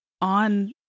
on